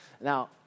Now